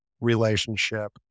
relationship